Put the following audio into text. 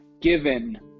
given